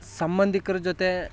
ಸಂಬಂಧಿಕ್ರ ಜೊತೆ